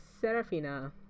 Serafina